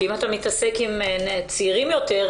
הרי אם אתה מתעסק עם צעירים יותר,